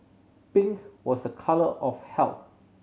pink was a colour of health